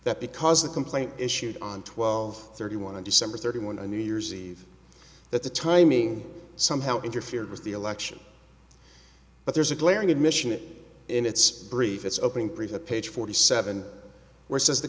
that because the complaint issued on twelve thirty one december thirty one i mean years eve that the timing somehow interfered with the election but there's a glaring admission in its brief it's opening previous page forty seven where says the